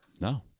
No